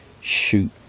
shoot